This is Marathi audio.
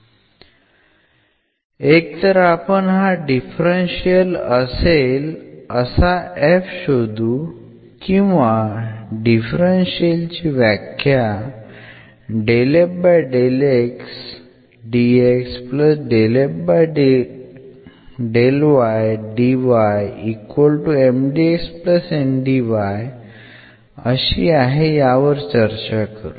एक तर आपण हा डिफरन्शियल असेल असा f शोधू किंवा डिफरन्शियल ची व्याख्या अशी आहे यावर चर्चा करू